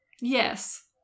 Yes